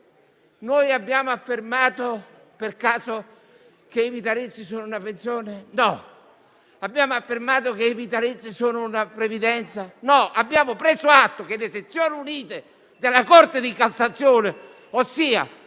No. Abbiamo affermato che i vitalizi sono una previdenza? No. Abbiamo preso atto che le sezioni unite della Corte di cassazione, ovvero